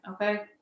okay